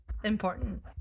important